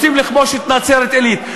רוצים לכבוש את נצרת-עילית.